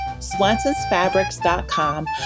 SwansonsFabrics.com